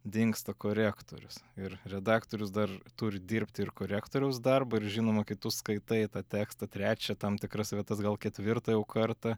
dingsta korektorius ir redaktorius dar turi dirbti ir korektoriaus darbą ir žinoma kai tu skaitai tą tekstą trečią tam tikras vietas gal ketvirtą jau kartą